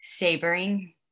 Sabering